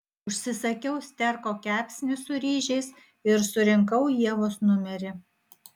užsisakiau sterko kepsnį su ryžiais ir surinkau ievos numerį